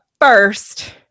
first